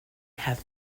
have